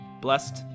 blessed